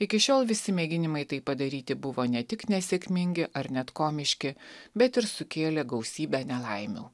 iki šiol visi mėginimai tai padaryti buvo ne tik nesėkmingi ar net komiški bet ir sukėlė gausybę nelaimių